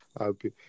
okay